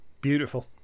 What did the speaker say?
Beautiful